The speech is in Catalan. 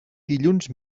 dilluns